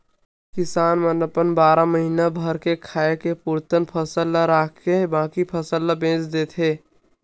किसान मन अपन बारा महीना भर के खाए के पुरतन फसल ल राखके बाकी फसल ल बेच देथे